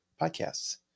podcasts